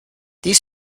these